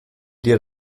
dir